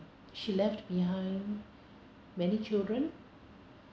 she left behind many children